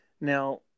now